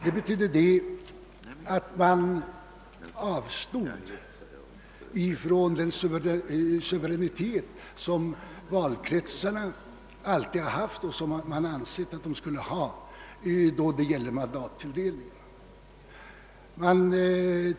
Det betydde att man avstod från den suveränitet, som valkretsarna alltid haft och som det ansetts att de skulle ha då det gäller mandattilldelningen.